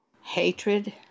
hatred